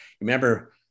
remember